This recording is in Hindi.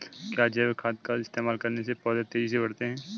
क्या जैविक खाद का इस्तेमाल करने से पौधे तेजी से बढ़ते हैं?